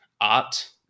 art